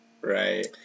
Right